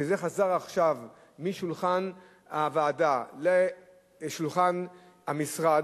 שזה חזר עכשיו משולחן הוועדה לשולחן המשרד,